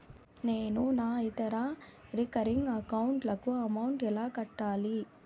నేను నా ఇతర రికరింగ్ అకౌంట్ లకు అమౌంట్ ఎలా కట్టాలి?